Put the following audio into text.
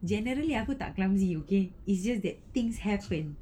generally aku tak clumsy okay it's just that things happen